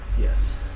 Yes